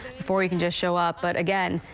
before you can just show up but again.